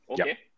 Okay